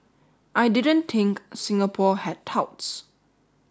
I didn't think Singapore had touts